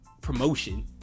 promotion